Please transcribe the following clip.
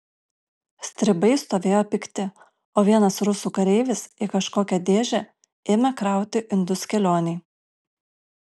stribai stovėjo pikti o vienas rusų kareivis į kažkokią dėžę ėmė krauti indus kelionei